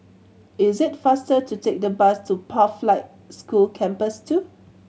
is it faster to take the bus to Pathlight School Campus Two